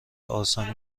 آسانی